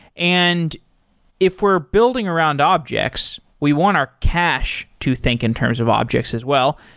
and if we're building around objects, we want our cache to think in terms of objects as well.